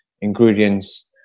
ingredients